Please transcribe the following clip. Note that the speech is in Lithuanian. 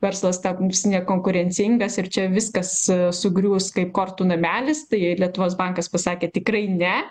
verslas taps nekonkurencingas ir čia viskas sugrius kaip kortų namelis tai lietuvos bankas pasakė tikrai ne